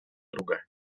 друга